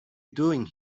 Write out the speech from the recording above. doing